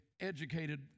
educated